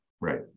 right